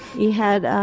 he had, ah